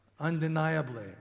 undeniably